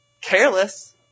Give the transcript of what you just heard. careless